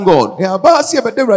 God